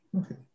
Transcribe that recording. Okay